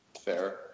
fair